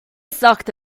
sucked